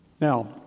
Now